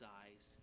eyes